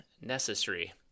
necessary